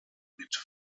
mit